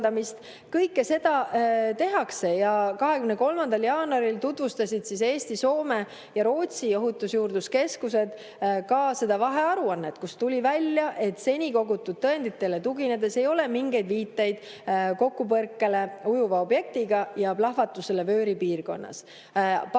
Kõike seda tehakse. 23. jaanuaril tutvustasid Eesti, Soome ja Rootsi ohutusjuurdluskeskused ka vahearuannet, millest tuli välja, et seni kogutud tõenditele tuginedes ei ole mingeid viiteid kokkupõrkele ujuva objektiga ega plahvatusele vööri piirkonnas.